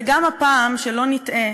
גם הפעם, שלא נטעה,